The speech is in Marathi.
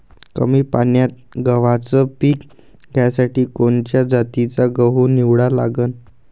कमी पान्यात गव्हाचं पीक घ्यासाठी कोनच्या जातीचा गहू निवडा लागन?